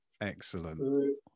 excellent